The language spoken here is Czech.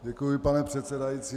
Děkuji, pane předsedající.